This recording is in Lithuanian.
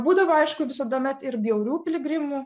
būdavo aišku visuomet ir bjaurių piligrimų